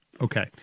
Okay